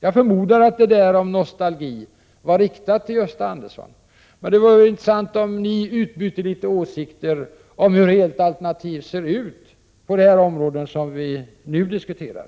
Jag förmodar att talet om nostalgi var riktat till Gösta Andersson. Det vore intressant om ni ville utbyta åsikter om hur ert alternativ skall se ut på de områden som vi nu diskuterar.